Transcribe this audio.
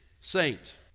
saint